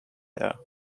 there